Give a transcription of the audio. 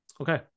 okay